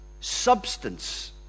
substance